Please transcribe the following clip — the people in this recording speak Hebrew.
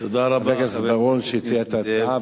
חבר הכנסת בר-און שהציע את ההצעה,